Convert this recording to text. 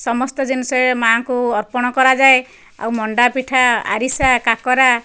ସମସ୍ତ ଜିନିଷ ମା'ଙ୍କୁ ଅର୍ପଣ କରାଯାଏ ଆଉ ମଣ୍ଡା ପିଠା ଆରିସା କାକରା